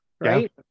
right